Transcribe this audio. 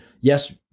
yes